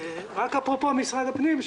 אפרופו משרד הפנים,